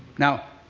now,